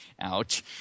Ouch